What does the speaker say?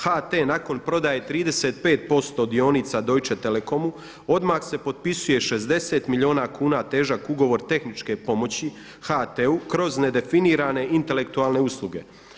HT nakon prodaje 35% dionica Deutsche Telekomu odmah se popisuje 60 milijuna težak ugovor tehničke pomoći HT-u kroz nedefinirane intelektualne usluge.